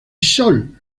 sol